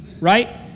right